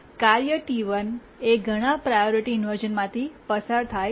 કાર્ય T1 એ ઘણા પ્રાયોરિટી ઇન્વર્શ઼ન માંથી પસાર થાય છે